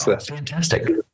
Fantastic